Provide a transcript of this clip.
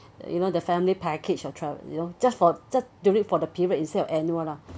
you know the family package of travel you know just for just during for the period instead of annual lah